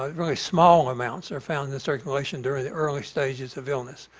really small amounts are found in the circulation during the early stages of illness.